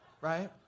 right